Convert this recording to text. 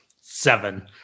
seven